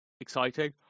exciting